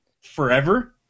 forever